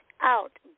out